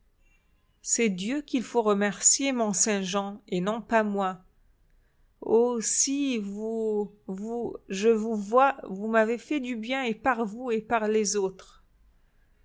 c'est dieu qu'il faut remercier mont-saint-jean et non pas moi oh si vous vous je vous vois vous m'avez fait du bien et par vous et par les autres